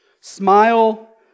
Smile